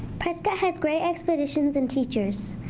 prescott has great expeditions and teachers.